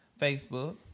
Facebook